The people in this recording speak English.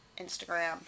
Instagram